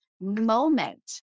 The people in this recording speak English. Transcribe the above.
moment